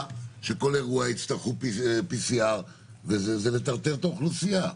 יצטרכו PCR. זה לטרטר את האוכלוסייה.